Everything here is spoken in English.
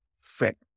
fit